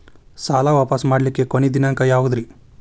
ಸಾಲಾ ವಾಪಸ್ ಮಾಡ್ಲಿಕ್ಕೆ ಕೊನಿ ದಿನಾಂಕ ಯಾವುದ್ರಿ?